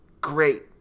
great